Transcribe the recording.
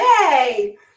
Yay